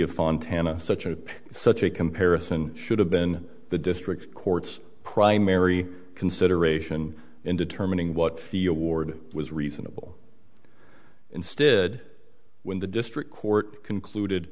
of fun tammas such a such a comparison should have been the district court's primary consideration in determining what your ward was reasonable instead when the district court concluded